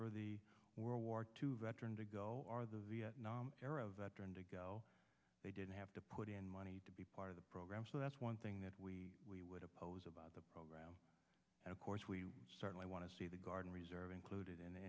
for the world war two veteran to go or the vietnam era veteran to go they didn't have to put in money to be part of the program so that's one thing that we we would oppose about the program of course we started i want to see the guard and reserve included in